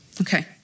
okay